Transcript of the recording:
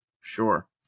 Sure